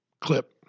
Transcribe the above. clip